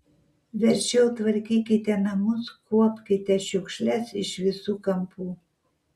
verčiau tvarkykite namus kuopkite šiukšles iš visų kampų